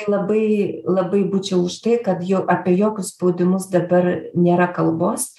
labai labai būčiau už tai kad jau apie jokius spaudimus dabar nėra kalbos